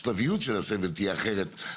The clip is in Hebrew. השלביות של הסבל תהיה אחרת,